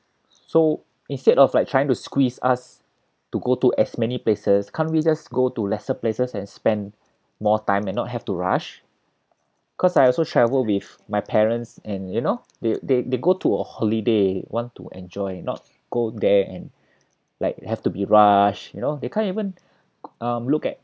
so instead of like trying to squeeze us to go to as many places can't we just go to lesser places and spend more time and not have to rush because I also travelled with my parents and you know they they they go to a holiday want to enjoy not go there and like have to be rushed you know they can't even um look at